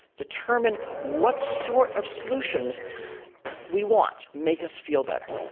determine what sort of solutions we want, make us feel better.